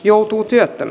joutuu työtön